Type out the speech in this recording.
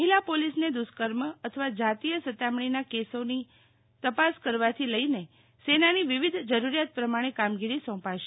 મહિલા પોલીસને દૃષ્કર્મ અથવા જાતીય સતામણીના કેસોની તપાસ કરવાથી લઇને સેનાની વિવિધ જરૂરિયાત પ્રમાણે કામગીરી સોંપાશે